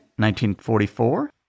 1944